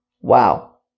wow